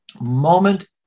Moment